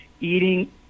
eating